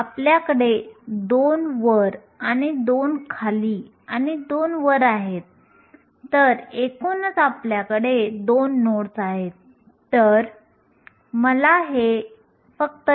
आपल्याकडे एक valence band आहे जो पूर्णपणे भरलेला आहे आपल्याकडे एक वाहक बँड आहे जो रिक्त आहे